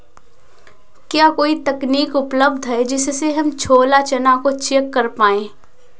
क्या कोई तकनीक उपलब्ध है जिससे हम छोला चना को चेक कर पाए?